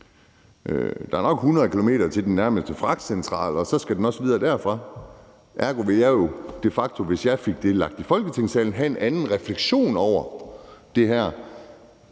Der er nok 100 km til den nærmeste fragtcentral, og så skal den også videre derfra. Ergo ville jeg jo, hvis jeg fik det i Folketingssalen, de facto have en anden refleksion over det her